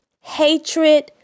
hatred